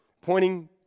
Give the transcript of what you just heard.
Pointing